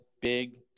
big